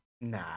nah